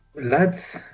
Lads